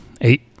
eight